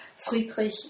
Friedrich